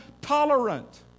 tolerant